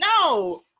no